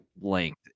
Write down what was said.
length